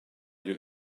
you